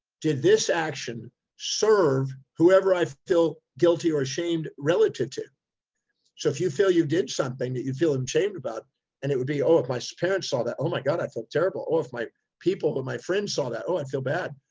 did this action serve whoever i feel guilty or ashamed relative to so if you feel you did something that you feel ashamed about and it would be, oh, if my so parents saw that, oh my god, i feel terrible. oh, if my people or my friends saw that, oh, i and feel bad.